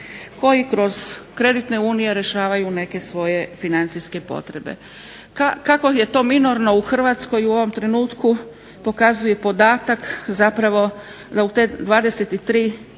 koji kroz kreditne unije rješavaju neke svoje financijske potrebe. Kako je to minorno u Hrvatskoj u ovom trenutku pokazuje podatak zapravo da u te 23 kreditne